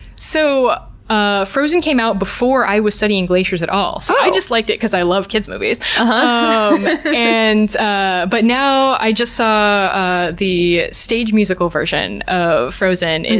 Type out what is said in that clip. so, ah frozen came out before i was studying glaciers at all. so i just liked it because i love kid's movies. um and ah but now i just saw ah the stage musical version of frozen, and